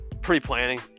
pre-planning